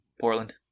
Portland